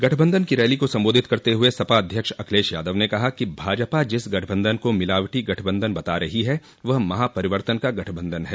गठबन्धन की रैली को सम्बोधित करते हुए सपा अध्यक्ष अखिलेश यादव ने कहा कि भाजपा जिस गठबन्धन को मिलावटी गठबन्धन बता रही है वह महापरिवर्तन का गठबन्धन है